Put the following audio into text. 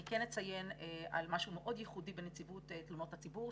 אני כן אציין משהו מאוד ייחודי בנציבות תלונות הציבור,